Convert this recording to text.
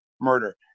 murder